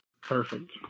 Perfect